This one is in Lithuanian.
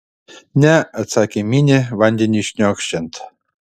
ne atsakė minė vandeniui šniokščiant